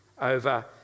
over